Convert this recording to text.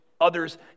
others